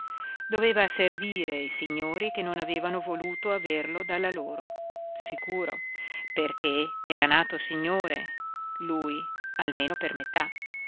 doveva servire i signori che non avevano voluto averlo dalla loro sicuro perché era nato signore lui almeno per metà